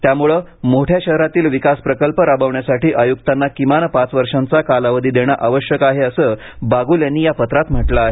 त्यामुळे मोठ्या शहरातील विकास प्रकल्प राबवण्यासाठी आयुक्तांना किमान पाच वर्षांचा कालावधी देणं आवश्यक आहे असं बाग्रल यांनी या पत्रात म्हटलं आहे